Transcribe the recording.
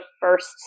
first